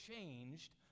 changed